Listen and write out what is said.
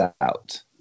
out